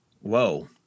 whoa